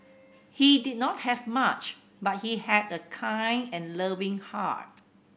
he did not have much but he had a kind and loving heart